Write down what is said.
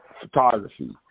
photography